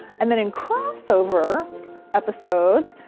and then in crossover episodes,